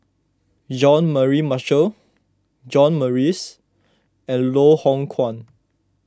Jean Mary Marshall John Morrice and Loh Hoong Kwan